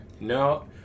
No